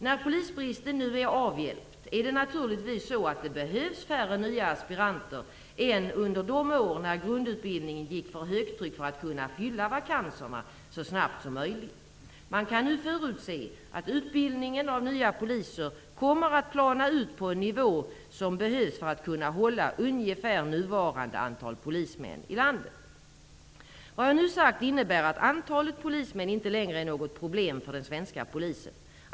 När polisbristen nu är avhjälpt är det naturligtvis så att det behövs färre nya aspiranter än under de år när grundutbildningen gick för högtryck för att kunna fylla vakanserna så snabbt som möjligt. Man kan nu förutse att utbildningen av nya poliser kommer att plana ut på en nivå som behövs för att kunna hålla ungefär nuvarande antal polismän i landet. Vad jag nu sagt innebär att antalet polismän inte längre är något problem för den svenska polisen.